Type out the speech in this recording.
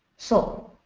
so,